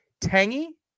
Tangy